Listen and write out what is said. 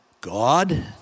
God